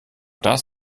das